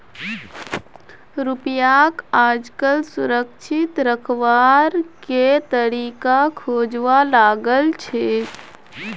रुपयाक आजकल सुरक्षित रखवार के तरीका खोजवा लागल छेक